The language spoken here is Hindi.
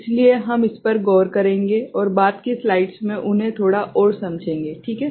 इसलिए हम इस पर गौर करेंगे और बाद की स्लाइड्स में उन्हें थोड़ा और समझेंगे ठीक है